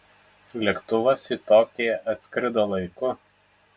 lėktuvas į tokiją atskrido laiku